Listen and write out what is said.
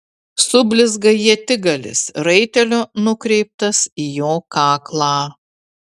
sublizga ietigalis raitelio nukreiptas į jo kaklą